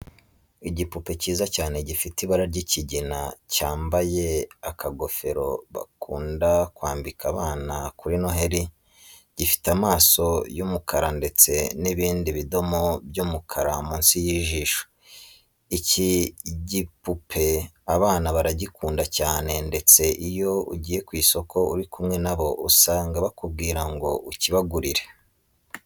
Igipupe cyiza cyane gifite ibara ry'ikigina, cyambaye akagofero bakunda kwambika abana kuri noheli, gifite amaso y'umukara ndetse n'ibindi bidomo by'umukara munsi y'ijosi. Iki gipupe abana baragikunda cyane ndetse iyo ugiye ku isoko uri kumwe na bo usanga bakubwira ngo ukibagurire.